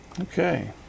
Okay